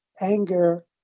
anger